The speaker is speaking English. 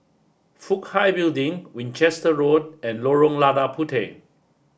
Fook Hai Building Winchester Road and Lorong Lada Puteh